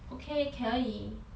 okay 可以